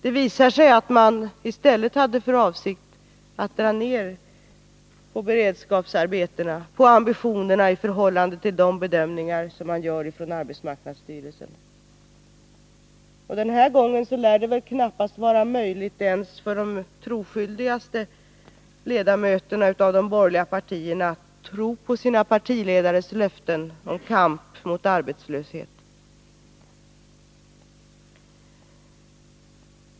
Det visar sig att man i stället hade för avsikt att dra ner på beredskapsarbetena, på ambitionerna i förhållande till de bedömningar som arbetsmarknadsstyrelsen gör. Och den här gången lär det väl knappast vara möjligt ens för de troskyldigaste ledamöterna av de borgerliga partierna att tro på sina partiledares löften om kampen mot arbetslöshet.